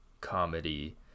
comedy